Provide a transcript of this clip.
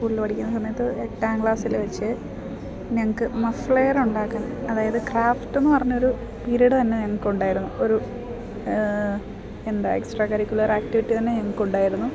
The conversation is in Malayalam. സ്കൂളിൽ പഠിക്കുന്ന സമയത്ത് എട്ടാം ക്ലാസ്സിൽ വെച്ച് ഞങ്ങൾക്ക് മഫ്ളെയർ ഉണ്ടാക്കൻ അതായത് ക്രാഫ്റ്റ് എന്ന് പറഞ്ഞൊരു പീരിയഡ് തന്നെ ഞങ്ങൾക്ക് ഉണ്ടായിരുന്നു ഒരു എന്താ എക്സ്ട്രാ കരിക്കുലർ ആക്ടിവിറ്റി തന്നെ ഞങ്ങൾക്കുണ്ടായിരുന്നു